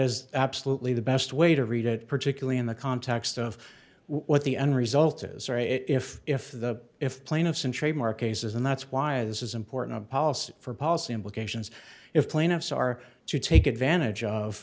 is absolutely the best way to read it particularly in the context of what the end result is or if if the if plaintiffs in trademark cases and that's why this is important policy for policy implications if plaintiffs are to take advantage of